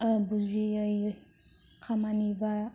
बुजियै खामानि बा